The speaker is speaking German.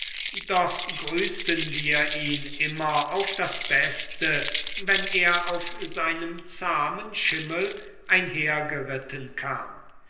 doch grüßten wir ihn immer auf das beste wenn er auf seinem zahmen schimmel einhergeritten kam